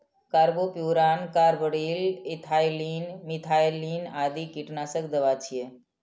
carbofuran, carbaryl, ethylene, methylene आदि कीटनाशक दवा छियै